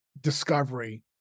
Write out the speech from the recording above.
discovery